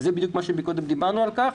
זה בדיוק מה שדיברנו עליו קודם.